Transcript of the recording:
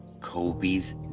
Kobe's